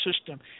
system